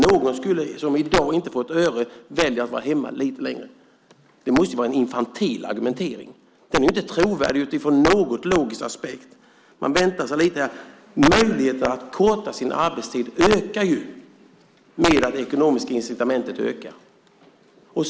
Någon som i dag inte får ett öre skulle välja att vara hemma lite längre. Det måste vara en infantil argumentering. Den är inte trovärdig utifrån någon logisk aspekt. Möjligheten att korta sin arbetstid ökar när det ekonomiska incitamentet ökar.